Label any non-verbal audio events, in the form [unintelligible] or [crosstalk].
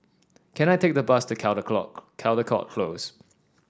can I take the bus to [unintelligible] Caldecott Close